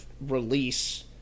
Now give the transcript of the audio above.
release